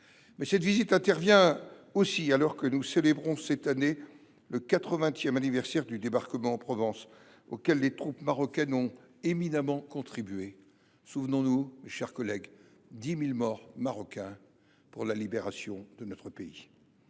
Cette visite intervient alors que nous célébrons cette année le quatre vingtième anniversaire du débarquement en Provence, auquel les troupes marocaines ont éminemment contribué : souvenons nous, mes chers collègues, des dix mille Marocains morts pour la libération de notre pays